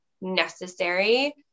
necessary